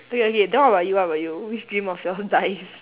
okay okay then what about you what about you which dream of yours dies